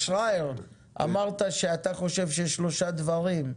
שרייר, אמרת שאתה חושב שיש שלושה דברים,